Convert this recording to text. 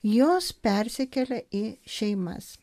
jos persikelia į šeimas